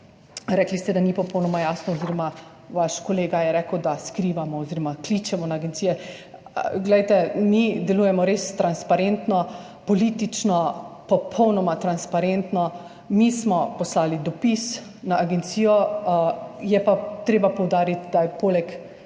Rekli ste, da ni popolnoma jasno oziroma vaš kolega je rekel, da skrivamo oziroma kličemo na agencije. Mi delujemo res transparentno, politično popolnoma transparentno. Mi smo poslali dopis na agencijo, je pa treba poudariti, da je poleg